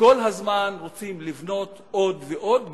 כל הזמן רוצים לבנות עוד ועוד,